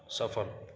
سفر